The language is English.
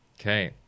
Okay